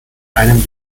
einem